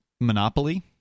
monopoly